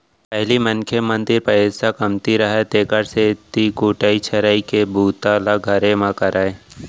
पहिली मनखे मन तीर पइसा कमती रहय तेकर सेती कुटई छरई के बूता ल घरे म करयँ